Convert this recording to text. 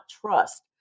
trust